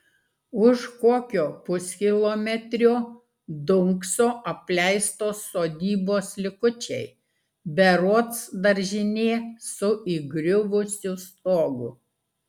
už kokio puskilometrio dunkso apleistos sodybos likučiai berods daržinė su įgriuvusiu stogu